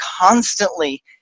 constantly